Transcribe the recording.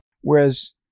Whereas